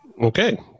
Okay